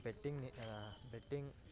betting नि betting